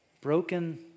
broken